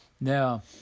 Now